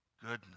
goodness